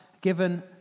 given